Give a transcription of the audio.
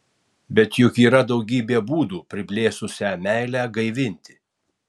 bet juk yra daugybė būdų priblėsusią meilę gaivinti